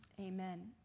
amen